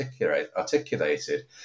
articulated